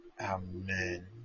Amen